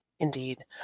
Indeed